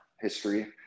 history